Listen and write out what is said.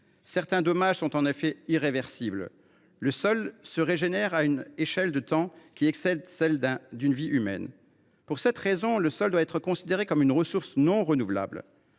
Certains dommages sont en effet irréversibles : le sol se régénère à une échelle de temps qui excède celle d’une vie humaine. Pour cette raison, le sol doit être considéré comme une ressource non renouvelable.